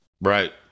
Right